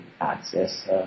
access